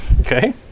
Okay